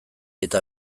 eta